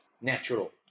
natural